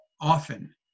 often